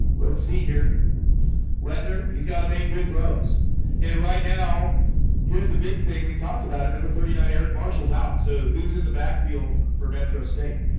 let's see here wet nur. he's got to make good throws and right now here's the big thing. we talked about it number thirty nine eric marshals out. so who's in the backfield? for metro state,